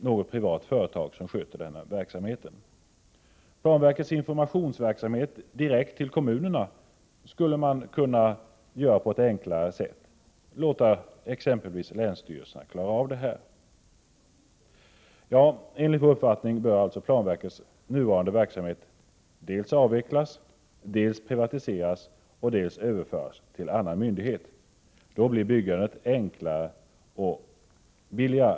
— något privat företag som sköter denna verksamhet. Planverkets information direkt till kommunerna skulle kunna skötas på ett enklare sätt. Man skulle kunna låta exempelvis länsstyrelserna klara av denna verksamhet. Enligt vår uppfattning bör alltså planverkets nuvarande verksamhet dels avvecklas, dels privatiseras, dels överföras till annan myndighet. Då blir byggandet enklare och billigare.